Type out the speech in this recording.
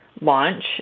launch